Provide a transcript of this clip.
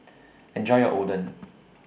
Enjoy your Oden